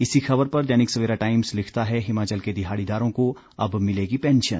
इसी खबर पर दैनिक सवेरा टाइम्स लिखता है हिमाचल के दिहाड़ीदारों को अब मिलेगी पेंशन